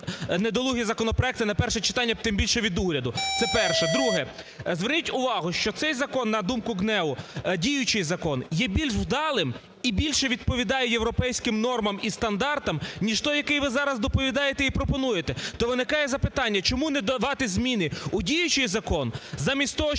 недолугі законопроекти на перше читання, тим більше від уряду? Це перше. Друге. Зверніть увагу, що цей закон, на думку ГНЕУ, діючий закон, є більш вдалим і більше відповідає європейським нормам і стандартам, ніж той, який ви зараз доповідаєте і пропонуєте. То виникає запитання, чому не давати зміни у діючий закон замість того,